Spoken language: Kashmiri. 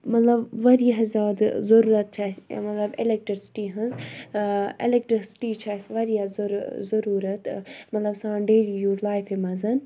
مطلب واریاہ زیادٕ ضوٚرت چھِ اَسہِ مطلب اَلیکٹرسِٹی ہٕنز اَلیکٹرسِٹی چھےٚ اَسہِ واریاہ ضروٗ ضروٗرَت مطلب سانہِ ڈیلی یوٗز لایفہِ مَنٛز